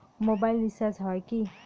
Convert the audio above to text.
Mobile recharge হয় কি?